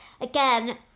again